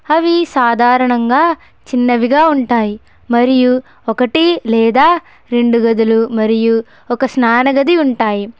అవి సాధారణంగా చిన్నవిగా ఉంటాయి మరియు ఒకటి లేదా రెండు గదులు మరియు ఒక స్నాన గది ఉంటాయి